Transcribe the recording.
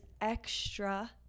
extra